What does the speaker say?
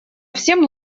всем